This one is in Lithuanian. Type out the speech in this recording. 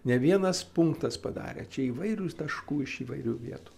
ne vienas punktas padarė čia įvairūs taškų iš įvairių vietų